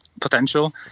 potential